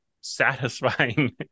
satisfying